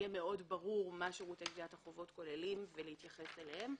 ברור מאוד מה שירותי גביית החובות כוללים ולהתייחס אליהם.